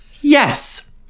Yes